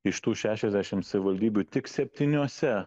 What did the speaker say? iš tų šešiasdešim savivaldybių tik septyniose